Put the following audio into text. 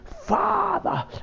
Father